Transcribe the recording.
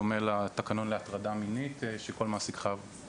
בדומה לתקנון להטרדה מינית שכל מעסיק חייב לפרסם.